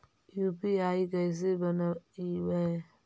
UPI कैसे बनइबै?